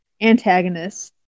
Antagonist